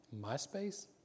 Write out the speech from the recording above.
MySpace